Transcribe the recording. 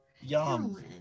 Yum